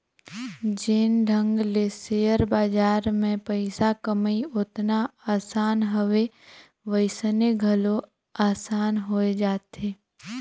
जेन ढंग ले सेयर बजार में पइसा कमई ओतना असान हवे वइसने घलो असान होए जाथे